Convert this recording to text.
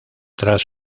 tras